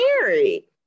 married